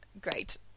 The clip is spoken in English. Great